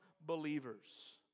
believers